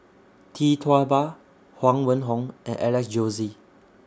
Tee Tua Ba Huang Wenhong and Alex Josey